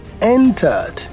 entered